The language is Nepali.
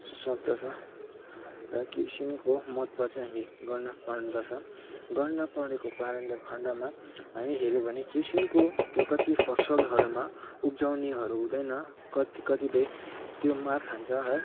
सक्दछ र किसानको महत्त्व चाहिँ हामी गर्न पर्दछ गर्न परेको कारणले खन्डमा हामी हेर्यो भने किसानको त्यो कति फसलहरूमा उब्जनीहरू हुँदैन कत कतिपय त्यो मार खान्छ है